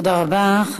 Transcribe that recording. תודה רבה.